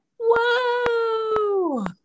whoa